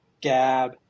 Gab